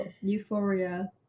euphoria